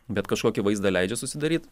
bet kažkokį vaizdą leidžia susidaryt